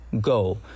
go